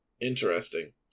Interesting